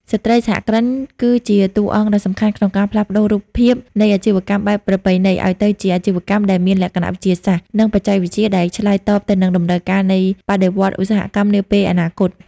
ស្ត្រីសហគ្រិនគឺជាតួអង្គដ៏សំខាន់ក្នុងការផ្លាស់ប្តូររូបភាពនៃអាជីវកម្មបែបប្រពៃណី ឱ្យទៅជាអាជីវកម្មដែលមានលក្ខណៈវិទ្យាសាស្ត្រ និងបច្ចេកវិទ្យា ដែលឆ្លើយតបទៅនឹងតម្រូវការនៃបដិវត្តន៍ឧស្សាហកម្មនាពេលអនាគត។